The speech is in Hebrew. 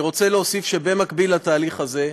אני רוצה להוסיף שבמקביל לתהליך הזה,